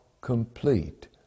complete